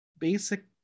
Basic